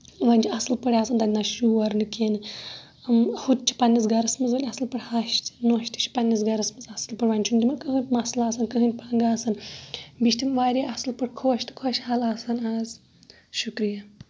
وۄنۍ چھ اصٕل پٲٹھۍ آسان تَتہِ نہ شور نہ کیٚنٛہہ نہٕ ہُہ تہِ چھ پنٕنِس وۄنۍ اصٕل پٲٹھۍ ہَش تہِ نۄش تہِ چھِ پنٕنس گرَس منٛز اصٕل پٲٹھۍ وۄنۍ چھُ نہٕ تِمَن کہٕنۍ مسلہٕ آسان کٕہٕنۍ پنگہٕ آسان بیٚیہِ چھِ تِم واریاہ اصٕل پٲٹھۍ خۄش تہٕ خۄشحال آسان آز شکریہ